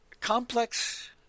complex